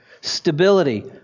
Stability